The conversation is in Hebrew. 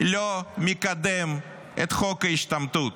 לא מקדם את חוק ההשתמטות.